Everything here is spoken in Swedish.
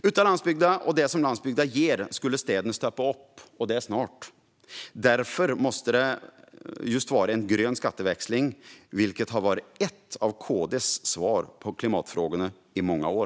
Utan landsbygden och det som landsbygden ger skulle städerna stanna upp, och det snart. Därför måste det just vara en grön skatteväxling, vilket har varit ett av KD:s svar på klimatfrågorna i många år.